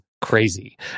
crazy